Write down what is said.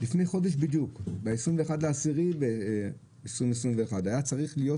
לפני חודש בדיוק ב-21/10/21 היה צריך להיות